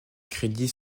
crédit